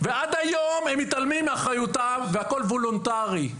ועד היום הם מתעלמים מאחריותם, והכל וולונטרי.